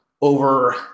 over